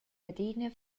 adina